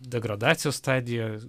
degradacijos stadijoj